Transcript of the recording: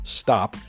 stop